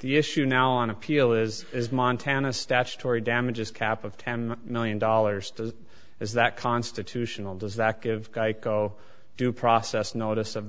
the issue now on appeal is is montana statutory damages cap of ten million dollars to is that constitutional does that give geico due process notice of